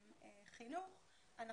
חינוך.